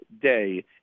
day